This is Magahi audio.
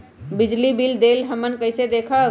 बिजली बिल देल हमन कईसे देखब?